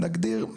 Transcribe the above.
נגדיר,